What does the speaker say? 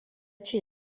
ce